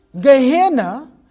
Gehenna